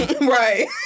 Right